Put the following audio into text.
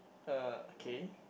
er okay